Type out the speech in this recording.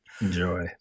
enjoy